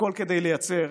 הכול כדי לייצר